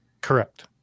Correct